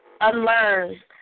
unlearn